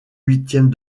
huitième